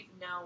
No